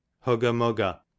Hugger-mugger